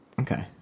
Okay